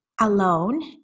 alone